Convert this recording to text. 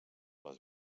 les